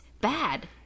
bad